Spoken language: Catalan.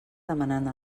demanant